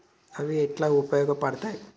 అవి ఎట్లా ఉపయోగ పడతాయి?